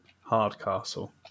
Hardcastle